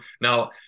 Now